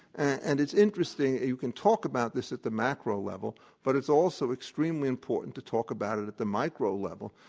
and it's interesting that you can talk about this at the macro level, but it's also extremely important to talk about it at the micro level,